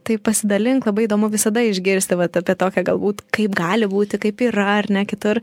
tai pasidalink labai įdomu visada išgirsti vat apie tokią galbūt kaip gali būti kaip yra ar ne kitur